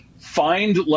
find